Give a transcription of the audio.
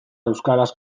euskaraz